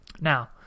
Now